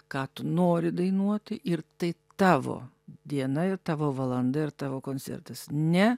ką tu nori dainuoti ir tai tavo diena ir tavo valanda ir tavo koncertas ne